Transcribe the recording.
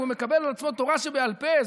והוא מקבל על עצמו תורה שבעל פה.